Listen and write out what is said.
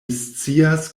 scias